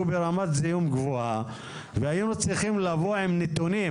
ברמת זיהום גבוהה והיינו צריכים לבוא עם נתונים